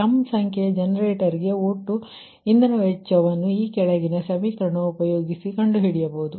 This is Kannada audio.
m ಸಂಖ್ಯೆಯ ಜನರೇಟರ್ ಗೆ ಒಟ್ಟು ಇಂಧನ ವೆಚ್ಚವನ್ನು ಈ ಕೆಳಗಿನ ಸಮೀಕರಣ ಉಪಯೋಗಿಸಿ ಕಂಡು ಹಿಡಿಯಬಹುದು